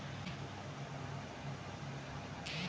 జొన్న ఎటువంటి వాతావరణంలో పండుతుంది?